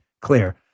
clear